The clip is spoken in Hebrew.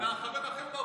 חבר הכנסת קלנר, בבקשה.